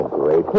great